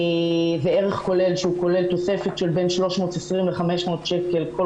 וערך כולל שהוא כולל תוספת של בין 320 ל-500 שקל כל